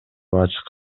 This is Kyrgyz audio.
ачык